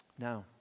Now